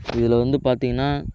இதில் வந்து பார்த்தீங்கன்னா